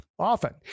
Often